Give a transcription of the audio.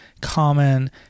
common